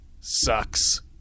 sucks